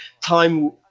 time